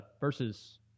verses